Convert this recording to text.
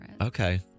Okay